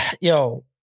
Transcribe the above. yo